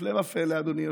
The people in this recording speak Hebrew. הפלא ופלא, אדוני היושב-ראש,